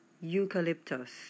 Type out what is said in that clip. eucalyptus